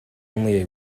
only